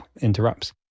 interrupts